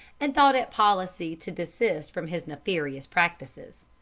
and thought it policy to desist from his nefarious practices.